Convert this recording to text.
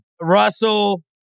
Russell